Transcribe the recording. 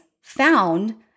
found